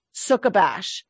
Sukkabash